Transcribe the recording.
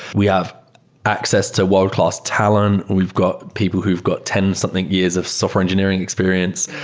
we have access to world-class talent. we've got people who've got ten something years of software engineering experience.